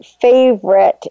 favorite